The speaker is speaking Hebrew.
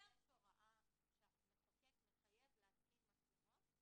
אבל יש הוראה שהמחוקק מחייב להתקין מצלמות.